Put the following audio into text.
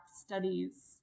studies